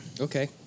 Okay